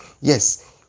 Yes